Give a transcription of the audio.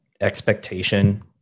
expectation